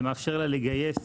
זה מאפשר לה לגייס